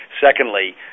Secondly